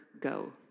go